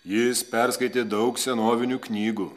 jis perskaitė daug senovinių knygų